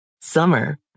Summer